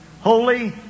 holy